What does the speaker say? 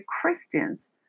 Christians